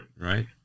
Right